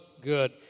good